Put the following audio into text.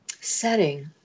setting